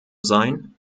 sein